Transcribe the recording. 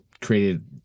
created